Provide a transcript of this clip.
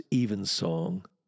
Evensong